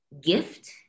gift